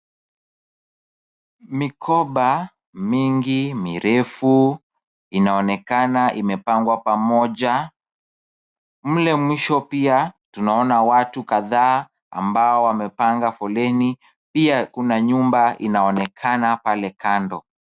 Mikoba mingi mirefu inaonekana imepangwa pamoja. Mle mwisho pia tunaona watu kadhaa ambao wamepanga foleni. Pia kuna nyumba inaonekana pale kando.